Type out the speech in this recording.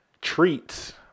treats